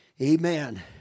amen